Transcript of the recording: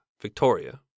Victoria